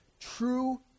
True